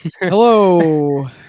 Hello